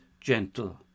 gentle